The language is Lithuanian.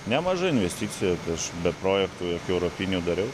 nemaža investicija aš be projektų jokių europinių dariau